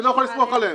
לא יכול לסמוך עליהם.